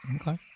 Okay